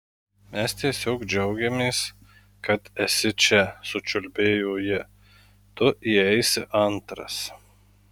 mes tiesiog džiaugiamės kad esi čia sučiulbėjo ji tu įeisi antras